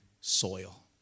soil